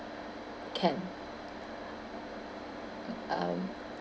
can um